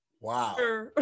Wow